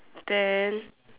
then